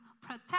protect